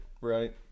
Right